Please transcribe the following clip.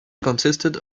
consisted